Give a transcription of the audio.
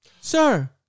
sir